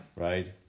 Right